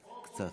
קצת,